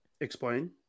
explain